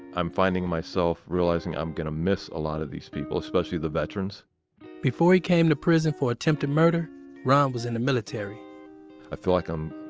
i'm finding myself realizing i'm going to miss a lot of these people, especially the veterans before he came to prison for attempted murder ron was in the military i feel like i'm